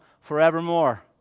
Forevermore